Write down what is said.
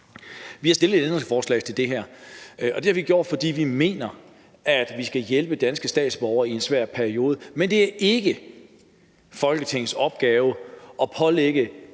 Vi har stillet et ændringsforslag til det her, og det har vi gjort, fordi vi mener, at vi skal hjælpe danske statsborgere i en svær periode, men det er ikke Folketingets opgave at byde